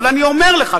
אבל אני אומר לך,